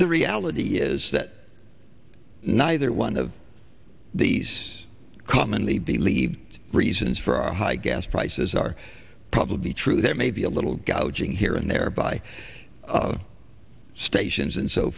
the reality is that neither one of these commonly believed reasons for our high gas prices are probably true there may be a little gouging here and there by of stations and so